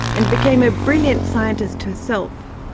and became a brilliant scientist herself.